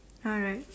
alright